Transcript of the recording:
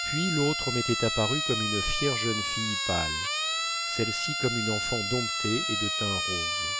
puis l'autre m'était apparue comme une fière jeune fille pâle celle-ci comme une enfant domptée et de teint rose